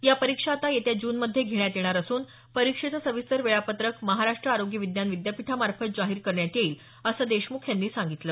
या परीक्षा आता येत्या जून मध्ये घेण्यात येणार असून परीक्षेचं सविस्तर वेळापत्रक महाराष्ट्र आरोग्य विज्ञान विद्यापीठामार्फत जाहीर करण्यात येईल असं देशमुख यांनी सांगितलं